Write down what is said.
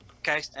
Okay